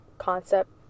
concept